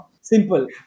Simple